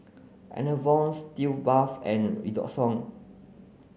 Enervon Sitz bath and Redoxon